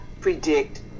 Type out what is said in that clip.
predict